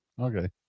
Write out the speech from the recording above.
Okay